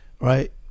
right